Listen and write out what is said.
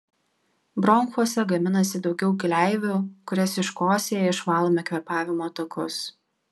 bronchuose gaminasi daugiau gleivių kurias iškosėję išvalome kvėpavimo takus